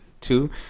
Two